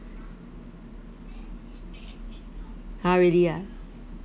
!huh! really ah